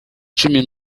cumi